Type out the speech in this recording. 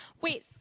Wait